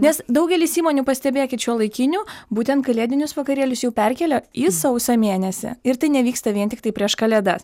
nes daugelis įmonių pastebėkit šiuolaikinių būtent kalėdinius vakarėlius jau perkėlė į sausio mėnesį ir tai nevyksta vien tiktai prieš kalėdas